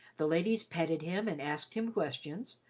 the ladies petted him and asked him questions,